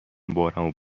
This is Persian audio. بارمو